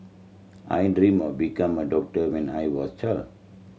I dreamt of becoming a doctor when I was a child